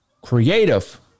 Creative